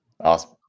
Awesome